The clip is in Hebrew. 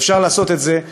ואפשר לעשות את זה,